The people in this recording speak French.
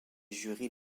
jurys